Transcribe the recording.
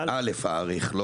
אנחנו